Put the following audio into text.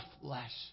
flesh